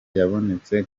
yabonetse